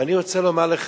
ואני רוצה לומר לך,